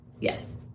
Yes